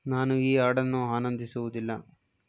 ನಾನು ಈ ಹಾಡನ್ನು ಆನಂದಿಸುವುದಿಲ್ಲ